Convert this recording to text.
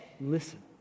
listen